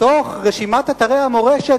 בתוך רשימת אתרי המורשת.